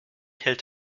hält